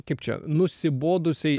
kaip čia nusibodusiai